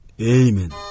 Amen